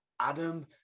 Adam